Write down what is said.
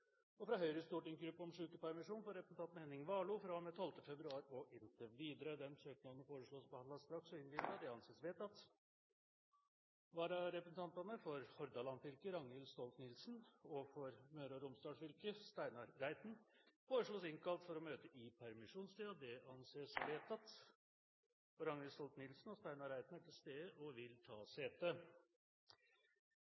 videre fra Høyres stortingsgruppe om sykepermisjon for representanten Henning Warloe fra og med 12. februar og inntil videre Etter forslag fra presidenten ble enstemmig besluttet: Søknadene behandles straks og innvilges. Følgende vararepresentanter innkalles for å møte i permisjonstiden: For Hordaland fylke: Ragnhild Stolt-NielsenFor Møre og Romsdal fylke: Steinar Reiten Ragnhild Stolt-Nielsen og Steinar Reiten er til stede og vil ta